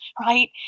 right